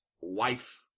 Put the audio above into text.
wife